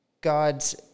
God's